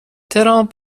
ترامپ